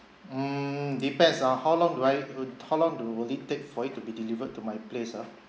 mm depends ah how long right would how long do would it take for it to be delivered to my place ah